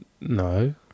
No